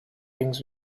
rings